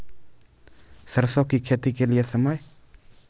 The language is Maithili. सरसों की खेती के लिए समय?